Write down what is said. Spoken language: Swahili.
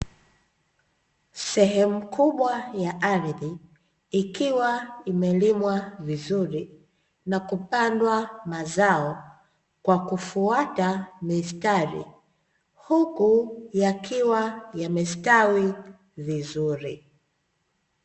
Sehemu kubwa ya ardhi, ikiwa imelimwa vizuri na kupandwa mazao kwa kufuata mistari, huku yakiwa yamestawi vizuri.